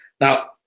Now